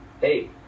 hey